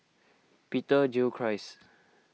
Peter Gilchrist